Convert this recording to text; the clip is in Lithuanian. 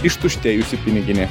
ištuštėjusi piniginė